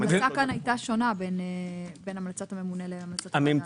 ההמלצה כאן הייתה שונה בין המלצת הממונה להמלצת החקירה,